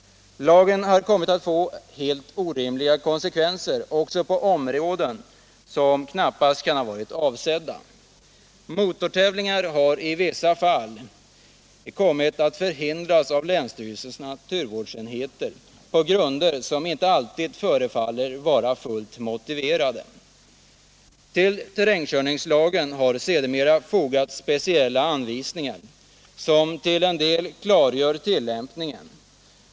Lagen har kommit att få helt orimliga konsekvenser också på områden där det knappast kan ha varit avsett att den skulle ha någon inverkan. Motortävlingar har i vissa fall kommit att förhindras av länsstyrelsernas naturvårdsenheter på grunder som inte alltid förefaller vara fullt motiverade. Till terrängkörningslagen har sedermera fogats speciella anvisningar som till en del klargör tillämpningen.